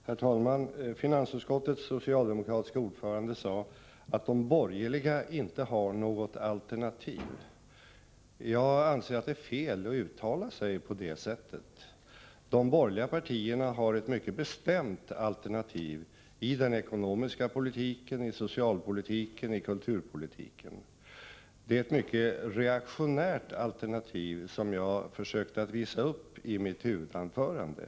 Herr talman! Finansutskottets socialdemokratiske ordförande sade att de borgerliga inte har något alternativ. Jag anser att det är fel att uttala sig på det sättet. De borgerliga partierna har ett mycket bestämt alternativ i den ekonomiska politiken, i socialpolitiken och i kulturpolitiken. Det är ett mycket reaktionärt alternativ, som jag försökte visa upp i mitt huvudanförande.